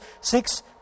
six